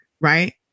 right